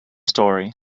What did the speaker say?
story